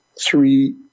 three